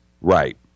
right